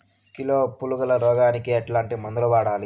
Kilo పులుగుల రోగానికి ఎట్లాంటి మందులు వాడాలి?